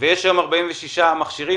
לעומת 46 מכשירים,